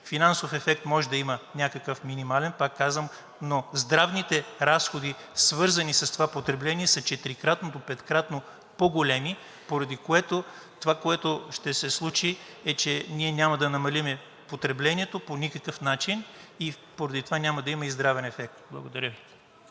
Финансов ефект може да има някакъв минимален, пак казвам, но здравните разходи, свързани с това потребление, са четирикратно до петкратно по-големи, поради което това, което ще се случи, е, че ние няма да намалим потреблението по никакъв начин и поради това няма да има и здравен ефект. Благодаря Ви.